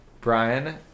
Brian